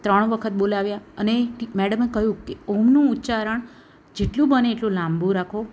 ત્રણ વખત બોલાવ્યા અને મેડમે કહ્યું કે ઓમનું ઉચ્ચારણ જેટલું બને એટલું લાંબુ રાખો